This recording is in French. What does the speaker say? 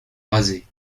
rasés